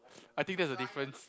I think that's a difference